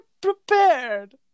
prepared